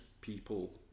people